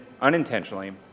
unintentionally